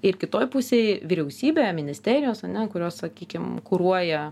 ir kitoj pusėj vyriausybė ministerijos ane kurios sakykim kuruoja